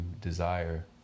desire